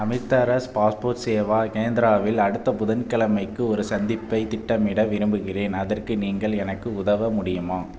Amritsar passport Seva கேந்திராவில் அடுத்த புதன்கிழமைக்கு ஒரு சந்திப்பைத் திட்டமிட விரும்புகிறேன் அதற்கு நீங்கள் எனக்கு உதவ முடியுமா